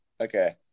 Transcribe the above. okay